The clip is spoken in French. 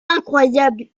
incroyable